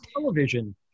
television